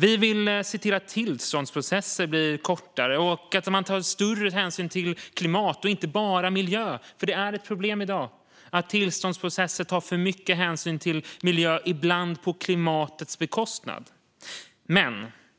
Vi vill se till att tillståndsprocesserna blir kortare och att större hänsyn tas till klimat, inte bara miljö, för det är ett problem i dag att tillståndsprocesser tar för mycket hänsyn till miljö, ibland på klimatets bekostnad.